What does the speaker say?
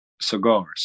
Cigars